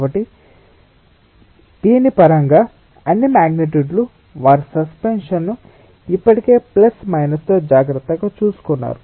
కాబట్టి ఈ పరంగా అన్ని మాగ్నిట్యూడ్లు వారి సెన్సెస్ ను ఇప్పటికే ప్లస్ మైనస్తో జాగ్రత్తగా చూసుకున్నారు